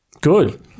Good